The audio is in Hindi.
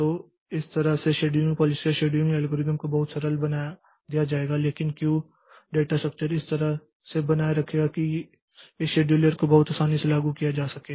तो इस तरह से शेड्यूलिंग पॉलिसी या शेड्यूलिंग एल्गोरिथ्म को बहुत सरल बना दिया जाएगा लेकिन क्यू डेटा स्ट्रक्चर इस तरह से बनाए रखेगा कि इस शेड्यूलर को बहुत आसानी से लागू किया जा सके